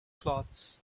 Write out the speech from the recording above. cloths